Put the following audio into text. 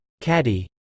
caddy